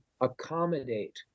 accommodate